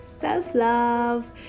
self-love